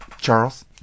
charles